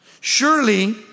Surely